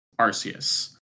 Arceus